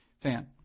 fan